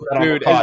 dude